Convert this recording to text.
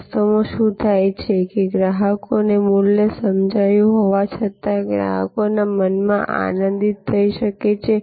વાસ્તવમાં શું થાય છે કે ગ્રાહકોને મૂલ્ય સમજાયું હોવા છતાં ગ્રાહકોના મન આનંદિત થઈ શકે છે